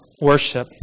worship